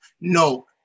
no